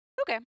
Okay